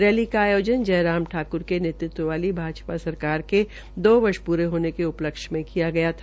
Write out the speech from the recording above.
rally का आयोजन जय राम ठाकर के नेतृत्व वाली भाजपा सरकार के दो वर्ष प्रे होने के उपलब्ध में किया गया था